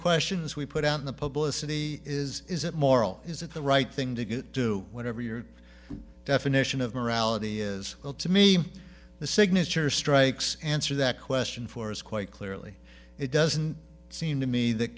questions we put out in the publicity is is it moral is it the right thing to get do whatever your definition of morality is well to me the signature strikes answer that question for is quite clearly it doesn't seem to me that